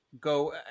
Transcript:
go